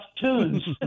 tunes